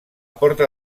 porta